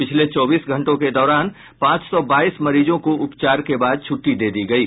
पिछले चौबीस घंटों के दौरान पांच सौ बाईस मरीजों को उपचार के बाद छुट्टी दे दी गयी